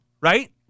right